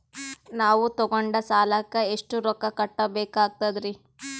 ನಾವು ತೊಗೊಂಡ ಸಾಲಕ್ಕ ಎಷ್ಟು ರೊಕ್ಕ ಕಟ್ಟಬೇಕಾಗ್ತದ್ರೀ?